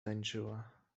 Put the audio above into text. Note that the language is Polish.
tańczyła